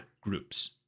groups